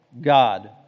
God